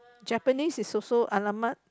Japanese is also !alamak!